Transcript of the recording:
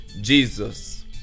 Jesus